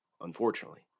unfortunately